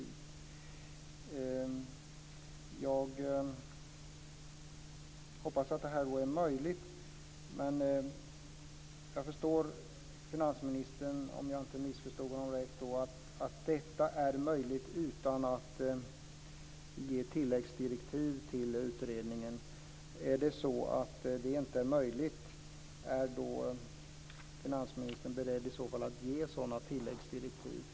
Jag hoppas att detta är möjligt, och som jag förstod av det som finansministern sade skulle detta vara möjligt utan att man ger tilläggsdirektiv till utredningen. Om det inte skulle vara möjligt, är då finansministern beredd att lämna sådana tilläggsdirektiv?